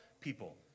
people